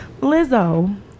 Lizzo